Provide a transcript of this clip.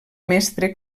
mestre